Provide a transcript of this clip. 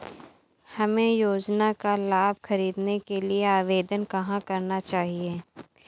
हमें योजना का लाभ ख़रीदने के लिए आवेदन कहाँ करना है?